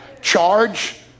Charge